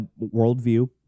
worldview